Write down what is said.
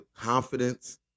confidence